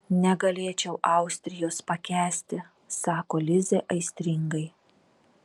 negalėčiau austrijos pakęsti sako lizė aistringai